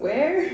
where